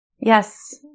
Yes